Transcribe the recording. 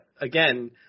again